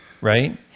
right